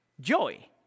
joy